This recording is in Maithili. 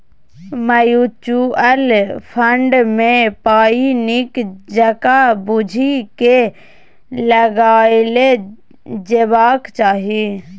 म्युचुअल फंड मे पाइ नीक जकाँ बुझि केँ लगाएल जेबाक चाही